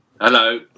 Hello